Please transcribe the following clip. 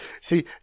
See